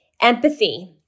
Empathy